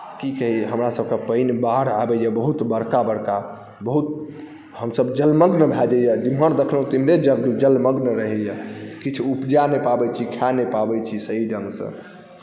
की कही हमरासबके पानि बाढ़ि आबैए बहुत बड़का बड़का बहुत हमसब जलमग्न भऽ जाइए जेम्हर देखलहुँ ओम्हरे जलमग्न रहैए किछु उपजा नहि पाबै छी खा नहि पाबै छी सही ढङ्गसँ